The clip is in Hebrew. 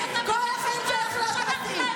כל החיים שלך לא תעשי.